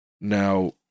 Now